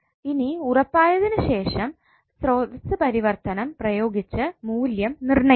ഇനി ഉറപ്പായതിനുശേഷം സ്രോതസ്സ് പരിവർത്തനം പ്രയോഗിച്ച മൂല്യം നിർണയിക്കുക